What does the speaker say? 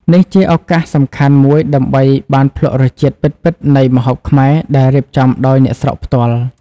នេះជាឱកាសសំខាន់មូយដើម្បីបានភ្លក្សរសជាតិពិតៗនៃម្ហូបខ្មែរដែលរៀបចំដោយអ្នកស្រុកផ្ទាល់ ។